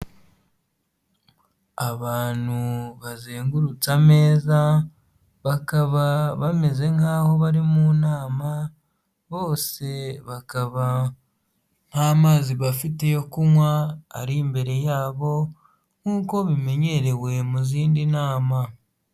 Abantu bazengurutse ameza bakaba bameze nk'aho bari mu nama bose bakaba nt'amazi bafite yo kunywa ari imbere yabo nk'uko bimenyerewe mu zindi nama.